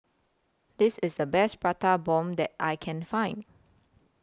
This IS The Best Prata Bomb that I Can Find